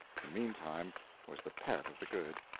and meantime was the pet of the good.